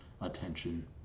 attention